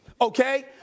okay